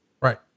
right